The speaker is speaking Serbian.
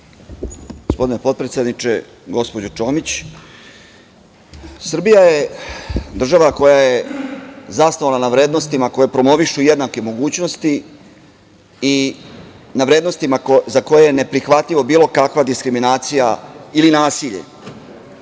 Gospodine potpredsedniče, gospođo Čomić, Srbija je država koja je zasnovana na vrednostima koje promovišu jednake mogućnosti i na vrednostima za koje je neprihvatljiva bilo kakva diskriminacija, i nasilje.I